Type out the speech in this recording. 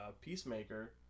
Peacemaker